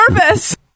nervous